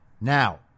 Now